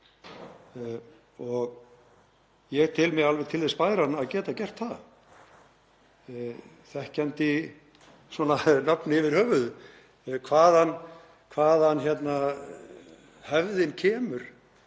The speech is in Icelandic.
og ég tel mig alveg til þess bæran að geta gert það, þekkjandi svona nöfn yfir höfuð. Hvaðan hefðin kemur